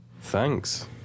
Thanks